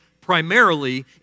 primarily